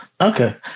Okay